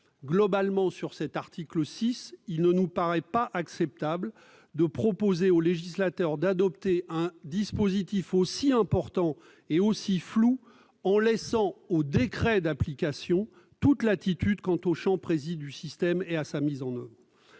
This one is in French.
globalement, sur cet article 6, il ne nous paraît pas acceptable de proposer au législateur d'adopter un dispositif aussi important et aussi flou, en laissant aux décrets d'application toute latitude quant au champ précis du système et à sa mise en oeuvre.